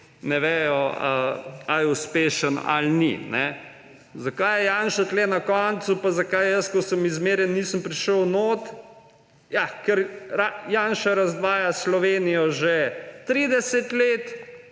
ne vedo, ali je uspešen ali ni. Zakaj je Janša tukaj na koncu in zakaj jaz, ko sem izmerjen, nisem prišel noter? Ja ker Janša razdvaja Slovenijo že 30 let,